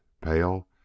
pale